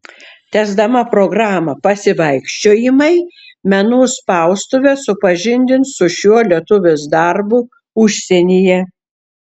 tęsdama programą pasivaikščiojimai menų spaustuvė supažindins su šiuo lietuvės darbu užsienyje